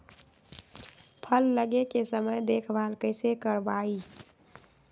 फल लगे के समय देखभाल कैसे करवाई?